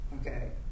Okay